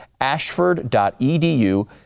Ashford.edu